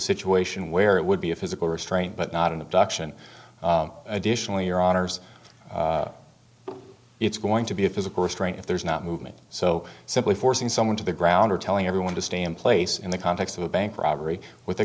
situation where it would be a physical restraint but not an abduction additionally your honour's it's going to be a physical restraint if there is not movement so simply forcing someone to the ground or telling everyone to stay in place in the context of a bank robbery with a